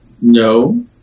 No